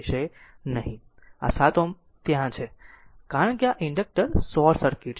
આ 7 Ω ત્યાં રહેશે નહીં કારણ કે આ ઇન્ડક્ટર શોર્ટ સર્કિટ છે